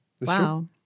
Wow